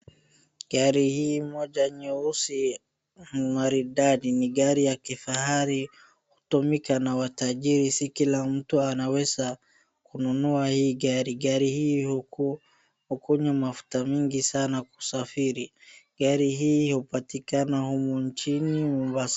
Gari hii moja nyeusi maridadi. Ni gari ya kifahari. Hutumika na watajiri si kila mtu anaweza kununua hii gari. Gari hii hukunywa mafuta mingi sana kusafiri. Gari hii hupatika humu nchini Mombasa.